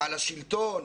על השלטון,